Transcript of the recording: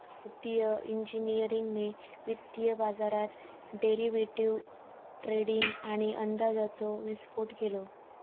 वित्तिय इंजिनियरिंगने वित्तीय बाजारात डेरिवेटीव ट्रेडींग आणि अंदाजाचो विस्फोट केलो